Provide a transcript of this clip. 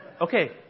Okay